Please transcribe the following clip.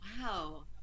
wow